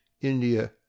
India